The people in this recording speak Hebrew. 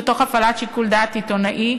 ותוך הפעלת שיקול דעת עיתונאי,